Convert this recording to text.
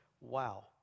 wow